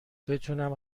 بتونم